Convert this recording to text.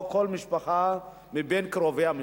או כל משפחה מבין קרובי המשפחה.